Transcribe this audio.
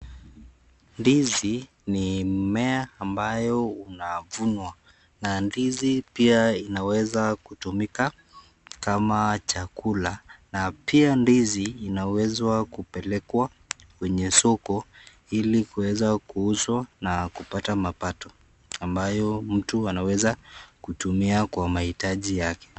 Ndizi ni mimea ambayo inavunwa na ndizi pia inaweza kutumika kama chakula na pia ndizi inaweza kupikwa kwenye soko hili kuweza kuuzwa na kupata mapato ambayo mtu uweza kutumia kwa maitaji yake.